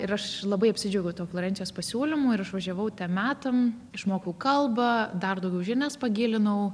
ir aš labai apsidžiaugiau tuo florencijos pasiūlymu ir išvažiavau metam išmokau kalbą dar daugiau žinias pagilinau